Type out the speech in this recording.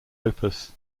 opus